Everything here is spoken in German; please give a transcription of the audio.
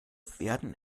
werden